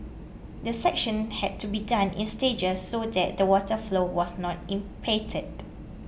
the section had to be done in stages so that the water flow was not impeded